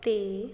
'ਤੇ